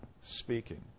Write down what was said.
speaking